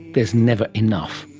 there's never enough.